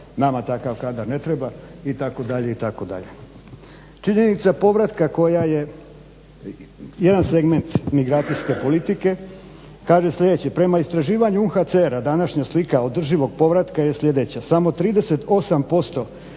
nama takav kadar ne treba itd. itd. Činjenica povratka koja je jedan segment migracijske politike, kaže sljedeće: "Prema istraživanju UHCR-a, današnja slika održivog povratka je sljedeća, samo 38%